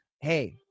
Hey